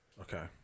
Okay